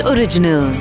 Original